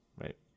right